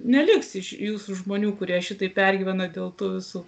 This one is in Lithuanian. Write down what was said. neliks iš jūsų žmonių kurie šitaip pergyvena dėl tų visų